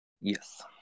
Yes